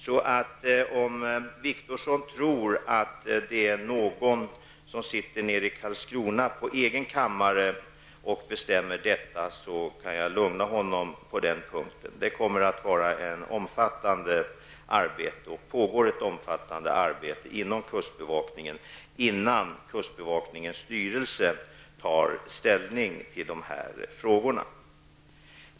Om Åke Wictorsson tror att någon sitter på sin kammare i Karlskrona och bestämmer om detta, kan jag alltså lugna honom på den punkten. Det utförs ett omfattande arbete inom kustbevakningen, innan kustbevakningens styrelse tar ställning till de här frågorna.